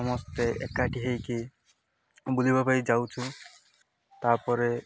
ସମସ୍ତେ ଏକାଠି ହେଇକି ବୁଲିବା ପାଇଁ ଯାଉଛୁ ତା'ପରେ